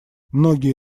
многие